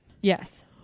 yes